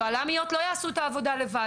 יוהל"מיות לא יעשו את העבודה לבד.